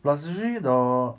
plus usually the